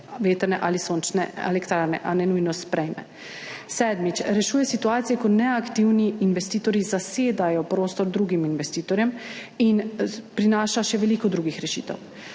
vetrne ali sončne elektrarne, a ne nujno sprejme. Sedmič, rešuje situacije, ko neaktivni investitorji zasedajo prostor drugim investitorjem. Prinaša pa še veliko drugih rešitev.